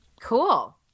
Cool